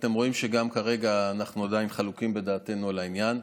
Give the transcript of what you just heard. ואתם רואים שגם כרגע אנחנו עדיין חלוקים בדעתנו על העניין.